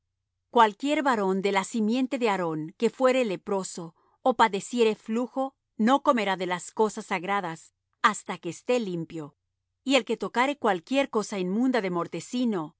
cualquier varón de la simiente de aarón que fuere leproso ó padeciere flujo no comerá de las cosas sagradas hasta que esté limpio y el que tocare cualquiera cosa inmunda de mortecino